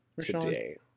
today